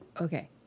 Okay